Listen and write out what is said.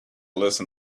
listen